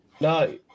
No